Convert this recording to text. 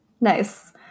Nice